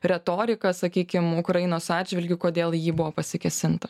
retorika sakykim ukrainos atžvilgiu kodėl į jį buvo pasikėsinta